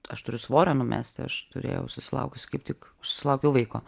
aš turiu svorio numesti aš turėjau susilaukusi kaip tik susilaukiau vaiko